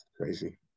crazy